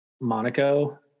monaco